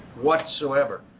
whatsoever